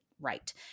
right